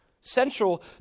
central